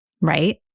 Right